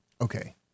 okay